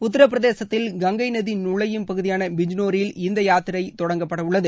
உத்தாப்பிரதேசத்தில் கங்கை நதி நுழையும் பகுதியான பிஜ்னோரில் இந்த யாத்திரை தொடங்கப்பட உள்ளது